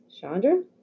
Chandra